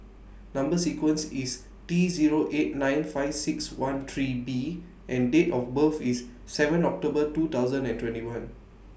Number sequence IS T Zero eight nine five six one three B and Date of birth IS seven October two thousand and twenty one